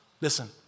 Listen